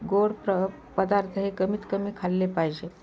गोड प्र पदार्थ हे कमीत कमी खाल्ले पाहिजेत